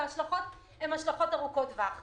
וההשלכות הן ארוכות-טווח.